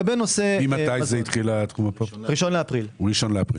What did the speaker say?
זה התחיל ב-1 באפריל.